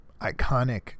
iconic